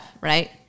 right